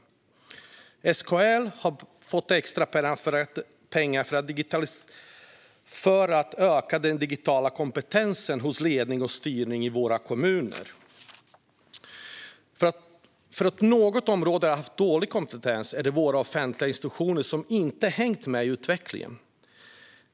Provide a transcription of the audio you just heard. SKL har fått extra pengar för att öka den digitala kompetensen hos ledning och styrning i våra kommuner. Ett område som har haft dålig kompetens är våra offentliga institutioner som inte har hängt med i utvecklingen.